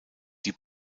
die